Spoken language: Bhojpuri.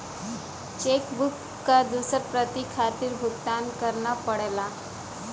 चेक बुक क दूसर प्रति खातिर भुगतान करना पड़ला